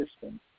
system